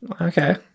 Okay